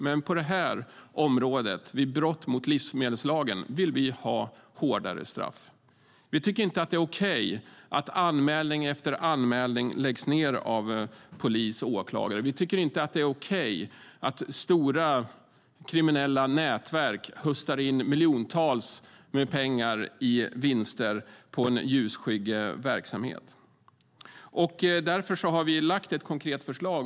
Men på det här området, vid brott mot livsmedelslagen, vill vi ha hårdare straff. Vi tycker inte att det är okej att anmälning efter anmälning läggs ned av polis och åklagare. Vi tycker inte att det är okej att stora kriminella nätverk höstar in miljontals kronor i vinster på en ljusskygg verksamhet. Därför har vi lagt ett konkret förslag.